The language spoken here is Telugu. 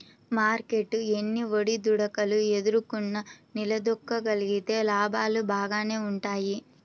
మార్కెట్టు ఎన్ని ఒడిదుడుకులు ఎదుర్కొన్నా నిలదొక్కుకోగలిగితే లాభాలు బాగానే వుంటయ్యి